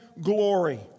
glory